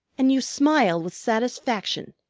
and you smile with satisfaction,